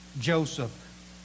Joseph